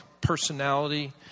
personality